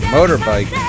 Motorbike